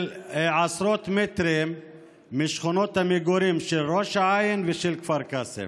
עשרות מטרים משכונות המגורים של ראש העין ושל כפר קאסם.